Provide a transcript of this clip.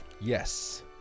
Yes